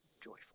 joyful